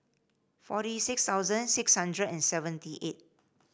forty six thousand six hundred and seventy eight